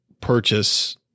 purchase